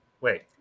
Wait